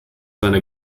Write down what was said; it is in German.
seine